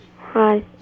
Hi